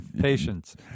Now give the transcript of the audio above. patience